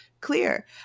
clear